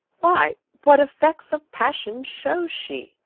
why, what effects of passion shows she?